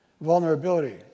vulnerability